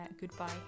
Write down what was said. goodbye